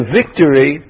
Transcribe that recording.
victory